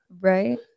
Right